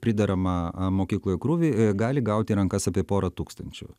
prideramą mokykloje krūvį gali gauti į rankas apie porą tūkstančių